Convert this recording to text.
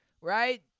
right